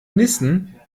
nissen